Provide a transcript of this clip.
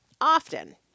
often